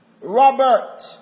Robert